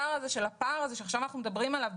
הפער הזה שאנחנו מדברים עליו,